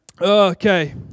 Okay